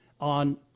on